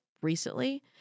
recently